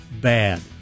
bad